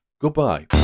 goodbye